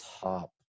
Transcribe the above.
top